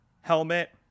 Helmet